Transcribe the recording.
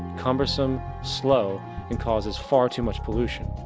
cumbersome, slow and causes far too much pollution.